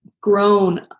grown